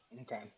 Okay